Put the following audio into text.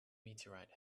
meteorite